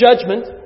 judgment